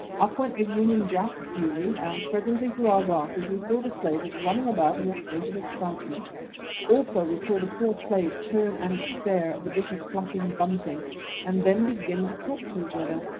up went the union jack duly, and presently through our glasses we saw the slavers running about in a state of excitement also we saw the poor slaves turn and stare at the bit of flapping bunting and then begin to talk to each other.